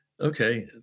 Okay